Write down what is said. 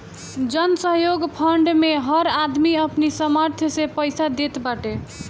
जनसहयोग फंड मे हर आदमी अपनी सामर्थ्य से पईसा देत बाटे